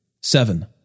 Seven